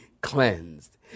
cleansed